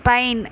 pine